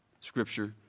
scripture